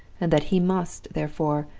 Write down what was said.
and that he must, therefore,